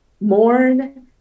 Mourn